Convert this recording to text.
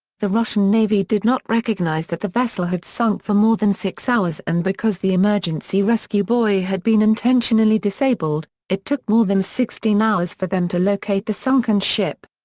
the russian navy did not recognize that the vessel had sunk for more than six hours and because the emergency rescue buoy had been intentionally disabled, it took more than sixteen hours for them to locate the sunken ship.